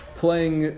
playing